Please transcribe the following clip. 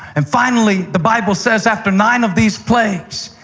and finally, the bible says after nine of these plagues.